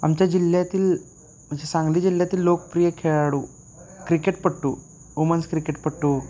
आमच्या जिल्ह्यातील म्हणजे सांगली जिल्ह्यातील लोकप्रिय खेळाडू क्रिकेटपट्टू वुमन्स क्रिकेटपट्टू